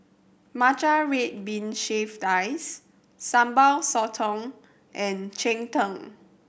matcha red bean shaved ice Sambal Sotong and cheng tng